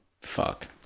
fuck